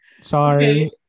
sorry